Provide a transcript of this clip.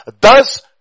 Thus